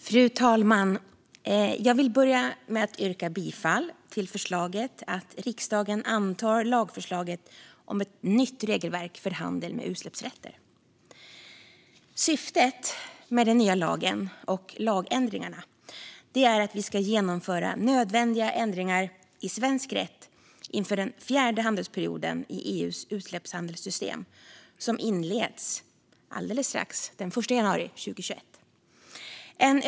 Fru talman! Jag vill börja med att yrka bifall till förslaget att riksdagen antar lagförslaget om ett nytt regelverk för handel med utsläppsrätter. Syftet med den nya lagen och lagändringarna är att vi ska genomföra nödvändiga ändringar i svensk rätt inför den fjärde handelsperioden i EU:s utsläppshandelssystem, som inleds den 1 januari 2021, alltså alldeles strax.